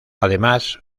además